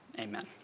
Amen